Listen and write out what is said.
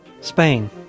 Spain